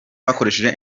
bakoresha